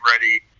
ready